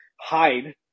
hide